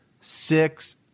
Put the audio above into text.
six